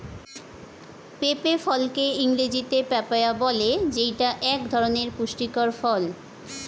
পেঁপে ফলকে ইংরেজিতে পাপায়া বলে যেইটা এক ধরনের পুষ্টিকর ফল